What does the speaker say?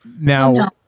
Now